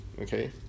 okay